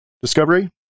Discovery